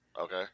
Okay